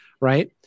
Right